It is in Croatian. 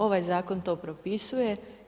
Ovaj zakon to propisuje.